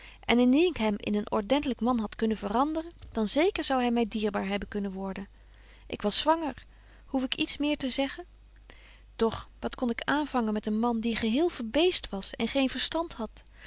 en indien ik hem in een ordentelyk man had kunnen veranderen dan zeker zou hy my dierbaar hebben kunnen worden ik was zwanger hoef ik iets meer te zeggen doch wat kon ik aanvangen met een betje wolff en aagje deken historie van mejuffrouw sara burgerhart man die geheel verbeest was en geen verstand hadt